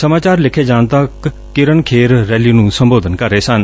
ਸਮਾਚਾਰ ਲਿਖੇ ਜਾਣ ਤੱਕ ਕਿਰਨ ਖੇਰ ਰੈਲੀ ਨੂੰ ਸੰਬੋਧਨ ਕਰ ਰਹੇ ਸਨ